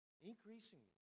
increasingly